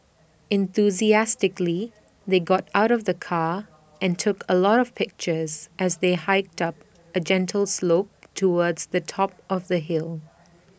enthusiastically they got out of the car and took A lot of pictures as they hiked up A gentle slope towards the top of the hill